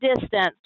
distance